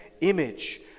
image